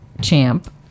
champ